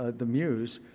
ah the muse.